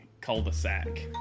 cul-de-sac